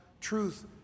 truth